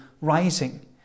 rising